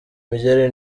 imigeri